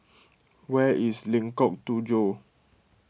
where is Lengkok Tujoh